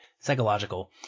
psychological